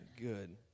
good